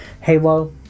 Halo